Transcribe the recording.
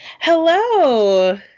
Hello